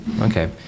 Okay